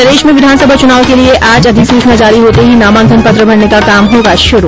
प्रदेश में विधानसभा चुनाव के लिये आज अधिसूचना जारी होते ही नामांकन पत्र भरने का काम होगा शुरू